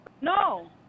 No